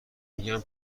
میگن